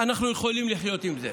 אנחנו יכולים לחיות עם זה.